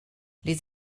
les